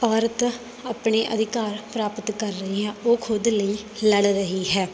ਔਰਤ ਆਪਣੇ ਅਧਿਕਾਰ ਪ੍ਰਾਪਤ ਕਰ ਰਹੀ ਆ ਉਹ ਖੁਦ ਲਈ ਲੜ ਰਹੀ ਹੈ